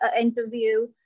interview